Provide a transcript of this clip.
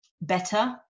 better